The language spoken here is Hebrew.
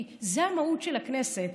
כי זו המהות של הכנסת.